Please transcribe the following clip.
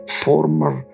former